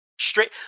Straight